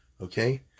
Okay